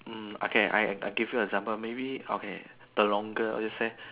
mm okay I I give you example maybe okay the longer what do you say